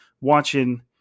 watching